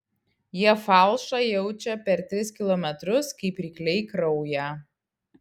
jie falšą jaučia per tris kilometrus kaip rykliai kraują